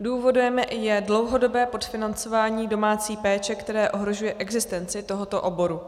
Důvodem je dlouhodobé podfinancování domácí péče, které ohrožuje existenci tohoto oboru.